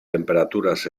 temperaturas